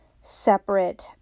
separate